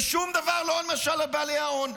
ושום דבר לא, למשל, על בעלי ההון.